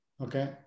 Okay